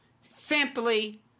simply